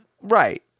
Right